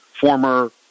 former